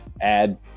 add